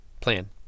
plan